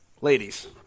ladies